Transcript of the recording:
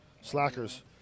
Slackers